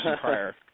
prior